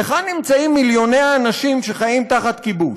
היכן נמצאים מיליוני האנשים שחיים תחת כיבוש?